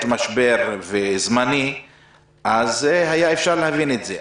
משבר זמני אז אפשר היה להבין את זה,